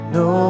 no